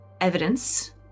Evidence